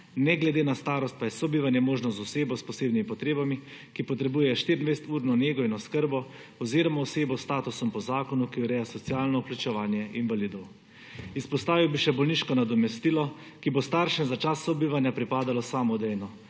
ne glede na starost pa je sobivanje možno z osebo s posebnimi potrebami, ki potrebuje 24-urno nego in oskrbo, oziroma osebo s statusom po zakonu, ki ureja socialno vključevanje invalidov. Izpostavil bi še bolniško nadomestilo, ki bo staršem za čas sobivanja pripadalo samodejno,